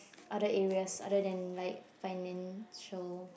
other areas other than like financial